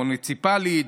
המוניציפלית,